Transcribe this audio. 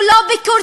הוא לא ביקורתי,